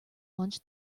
launch